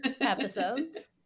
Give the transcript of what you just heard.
episodes